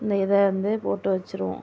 இந்த இதை வந்து போட்டு வச்சுருவோம்